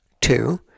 Two